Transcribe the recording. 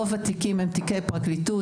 רוב התיקים הם תיקי פרקליטות.